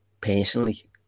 personally